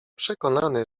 przekonany